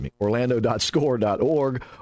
Orlando.score.org